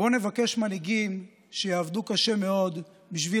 בואו נבקש מנהיגים שיעבדו קשה מאוד בשביל